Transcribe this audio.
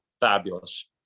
fabulous